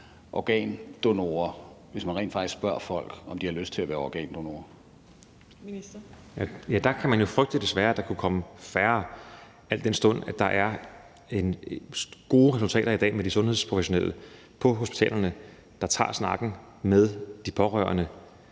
der kan man jo desværre frygte, at der kunne komme færre, al den stund at der er gode resultater i dag med de sundhedsprofessionelle på hospitalerne, der tager snakken med de pårørende,